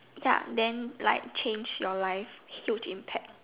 ya then like change your life huge impact